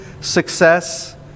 success